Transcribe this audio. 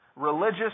Religious